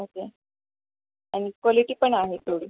okay आणि quality पण आहे तेवढी